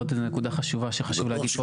עוד איזה נקודה חשובה שחשוב להגיד.